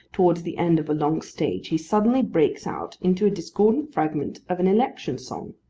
towards the end of a long stage, he suddenly breaks out into a discordant fragment of an election song,